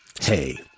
Hey